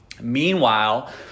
Meanwhile